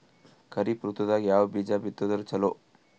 ಖರೀಫ್ ಋತದಾಗ ಯಾವ ಬೀಜ ಬಿತ್ತದರ ಚಲೋ?